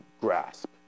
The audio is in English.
grasp